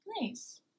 Nice